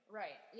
right